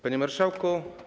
Panie Marszałku!